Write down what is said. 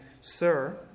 Sir